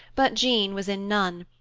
but jean was in none,